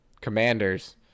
Commanders